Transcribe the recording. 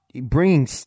Bringing